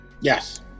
Yes